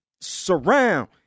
surround